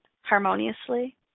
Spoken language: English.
harmoniously